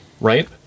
right